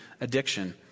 addiction